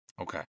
Okay